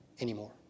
anymore